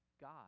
God